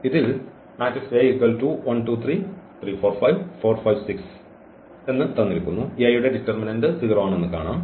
ഇതിൽ A യുടെ determinant 0 ആണെന്ന് കാണാം